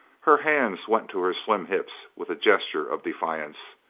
her hands went to her slim hips with a gesture of defiance.